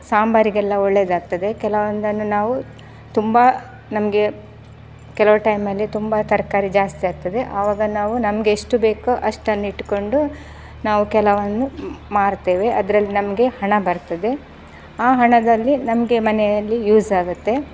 ಸಾಂಬಾರಿಗೆಲ್ಲ ಒಳ್ಳೆದಾಗ್ತದೆ ಕೆಲವೊಂದನ್ನು ನಾವು ತುಂಬ ನಮಗೆ ಕೆಲವು ಟೈಮಲ್ಲಿ ತುಂಬ ತರಕಾರಿ ಜಾಸ್ತಿ ಆಗ್ತದೆ ಆವಾಗ ನಾವು ನಮ್ಗೆ ಎಷ್ಟು ಬೇಕೋ ಅಷ್ಟನ್ನು ಇಟ್ಕೊಂಡು ನಾವು ಕೆಲವನ್ನು ಮಾರ್ತೇವೆ ಅದ್ರಲ್ಲಿ ನಮಗೆ ಹಣ ಬರ್ತದೆ ಆ ಹಣದಲ್ಲಿ ನಮಗೆ ಮನೆಯಲ್ಲಿ ಯೂಸ್ ಆಗುತ್ತೆ